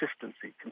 consistency